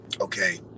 okay